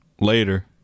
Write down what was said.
later